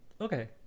Okay